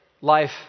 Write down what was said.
life